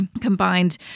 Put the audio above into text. combined